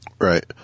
Right